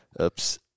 Oops